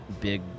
big